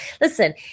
listen